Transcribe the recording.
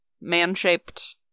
man-shaped